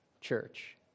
church